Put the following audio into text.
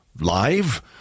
live